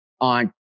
on